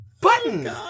button